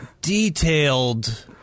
detailed